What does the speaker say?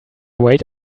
wait